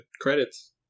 credits